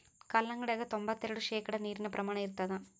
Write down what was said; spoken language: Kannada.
ಕಲ್ಲಂಗಡ್ಯಾಗ ತೊಂಬತ್ತೆರೆಡು ಶೇಕಡಾ ನೀರಿನ ಪ್ರಮಾಣ ಇರತಾದ